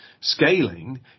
scaling